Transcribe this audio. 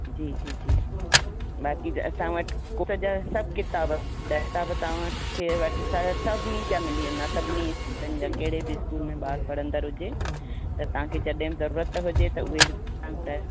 जी जी जी बाक़ी असां वटि कुफ़े जा सभु किताब तव्हां वटि खे वटि सभ सभिनी जा मिली वेंदा सभिनी स्कूलनि जा कहिड़े बि स्कूल में ॿार पढ़ंदड़ु हुजे त तव्हांखे जॾहिं ज़रूरत हुजे त उहे तव्हां